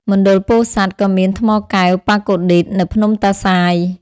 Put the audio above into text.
មណ្ឌលពោធិសាត់ ក៏មានថ្មកែវប៉ាកូឌីត នៅភ្នំតាសាយ។